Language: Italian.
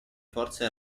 forze